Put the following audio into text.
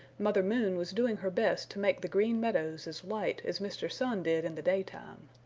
mother moon was doing her best to make the green meadows as light as mr. sun did in the daytime.